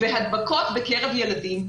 והדבקות בקרב ילדים,